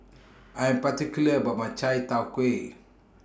I Am particular about My Chai Tow Kuay